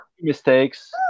mistakes